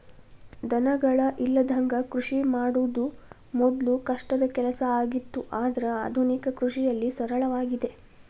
ದನಗಳ ಇಲ್ಲದಂಗ ಕೃಷಿ ಮಾಡುದ ಮೊದ್ಲು ಕಷ್ಟದ ಕೆಲಸ ಆಗಿತ್ತು ಆದ್ರೆ ಆದುನಿಕ ಕೃಷಿಯಲ್ಲಿ ಸರಳವಾಗಿದೆ